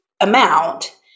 amount